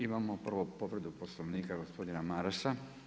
Imamo prvo povredu Poslovnika gospodina Marasa.